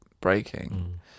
breaking